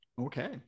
Okay